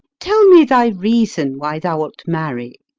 tell me thy reason why thou wilt marry.